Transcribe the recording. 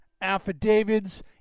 affidavits